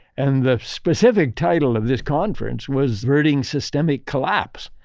and the specific title of this conference was averting systemic collapse.